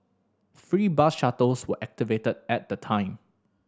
free bus shuttles were activated at the time